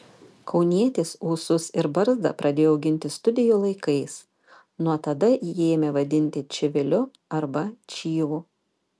kaunietis ūsus ir barzdą pradėjo auginti studijų laikais nuo tada jį ėmė vadinti čiviliu arba čyvu